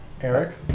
Eric